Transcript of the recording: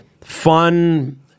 fun